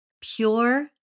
pure